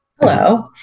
Hello